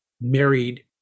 married